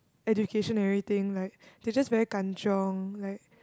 education everything like they just very kanchiong like